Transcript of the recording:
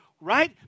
right